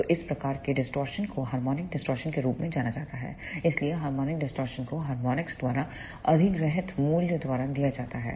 तो इस प्रकार की डिस्टॉर्शन को हार्मोनिक डिस्टॉर्शन के रूप में जाना जाता है इसलिए हार्मोनिक डिस्टॉर्शन को हार्मोनिकिक्स द्वारा अधिग्रहित मूल्य द्वारा दिया जाता है